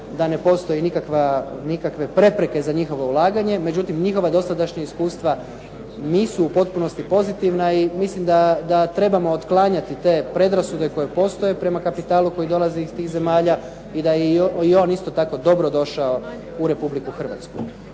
da ne postoji nikakve prepreke za njihovo ulaganje. Međutim njihova dosadašnja iskustva nisu u potpunosti pozitivna i mislim da trebamo otklanjati te predrasude koje postoje prema kapitalu koji dolazi iz tih zemalja i da je i on isto tako dobrodošao u RH.